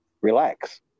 Relax